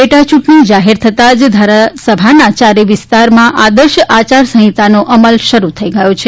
પેટા યૂંટણી જાહેર થતાં જ ધારાસભાના આ ચારેથ મતવિસ્તારમાં આદર્શ આયાર સંહિતાનો અમલ શરૂ થઈ ગયો છે